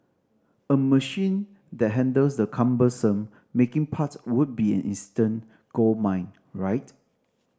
a machine that handles the cumbersome making part would be an instant goldmine right